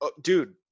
dude